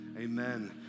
Amen